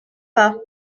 pas